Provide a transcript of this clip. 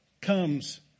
comes